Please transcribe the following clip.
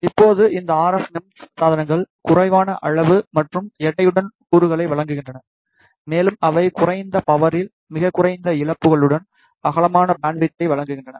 இப்போது இந்த RF MEMS சாதனங்கள் குறைவான அளவு மற்றும் எடையுடன் கூறுகளை வழங்குகின்றன மேலும் அவை குறைந்த பவரில் மிகக் குறைந்த இழப்புகளுடன் அகலமான பேண்ட்வித்தை வழங்குகின்றன